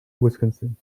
wisconsin